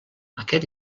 aquest